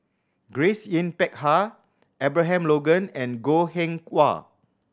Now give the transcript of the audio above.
Grace Yin Peck Ha Abraham Logan and Goh Eng Wah